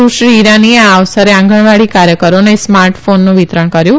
સુશ્રી ઈરાનીએ આ અવસરે આંગણવાડી કાર્યકરોને સ્માર્ટ ફોનનું વિતરણ કર્યુ